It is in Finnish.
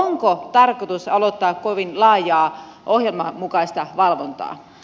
onko tarkoitus aloittaa kovin laajaa ohjelman mukaista valvontaa